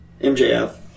MJF